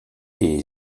est